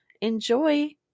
Enjoy